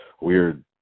weird